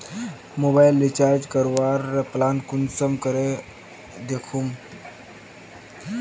Mobile recharge करवार plan कुंसम करे दखुम?